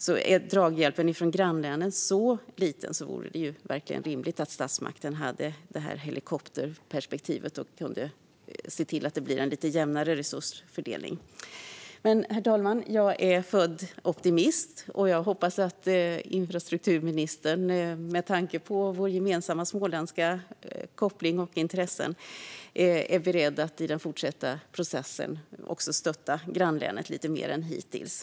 Om draghjälpen från grannlänen är så liten är det rimligt att statsmakten har ett helikopterperspektiv och ser till att det blir en lite jämnare resursfördelning. Herr talman! Jag är född optimist, och jag hoppas att infrastrukturministern, med tanke på våra gemensamma småländska kopplingar och intressen, är beredd att i den fortsatta processen stötta grannlänet lite mer än hittills.